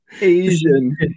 Asian